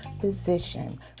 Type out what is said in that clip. physician